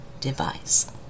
device